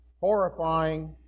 Horrifying